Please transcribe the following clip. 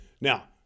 Now